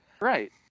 Right